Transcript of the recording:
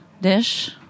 dish